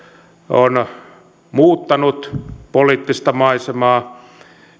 on muuttanut poliittista maisemaa